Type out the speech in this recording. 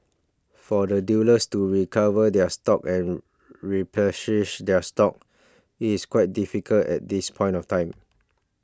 for the dealers to recover their stocks and replenish their stocks it is quite difficult at this point of time